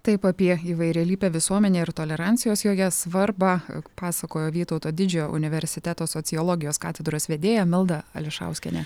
taip apie įvairialypę visuomenę ir tolerancijos joje svarbą pasakojo vytauto didžiojo universiteto sociologijos katedros vedėja milda ališauskienė